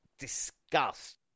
disgust